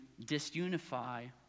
disunify